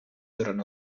dovranno